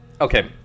okay